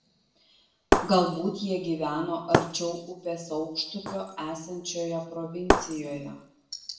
galbūt jie gyveno arčiau upės aukštupio esančioje provincijoje